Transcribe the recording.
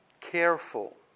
careful